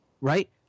right